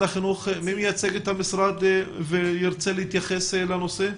מי מייצג את המשרד וירצה להתייחס לנושא?